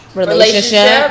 relationship